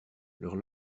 leurs